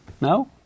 No